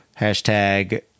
Hashtag